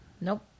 Nope